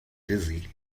dizzy